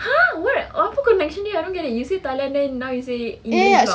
!huh! what apa kau I don't get it you say thailand now you say england